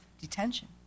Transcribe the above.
detention